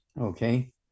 Okay